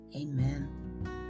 Amen